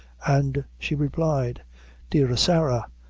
and she replied dear sarah,